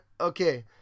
okay